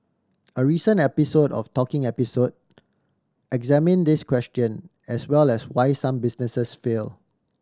a recent episode of Talking Episode examine this question as well as why some businesses fail